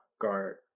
guard